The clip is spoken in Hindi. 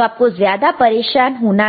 तो आपको ज्यादा परेशान नहीं होना